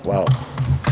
Hvala.